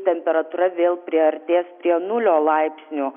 kai temperatūra vėl priartės prie nulio laipsnių